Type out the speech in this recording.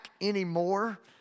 anymore